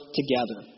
together